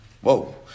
Whoa